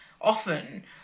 often